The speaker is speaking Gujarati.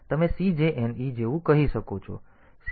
તેથી તમે CJNE જેવું કહી શકો છો